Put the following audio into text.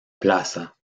plaza